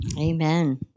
Amen